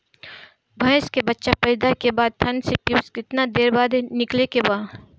भैंस के बच्चा पैदा के बाद थन से पियूष कितना देर बाद निकले के बा?